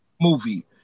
movie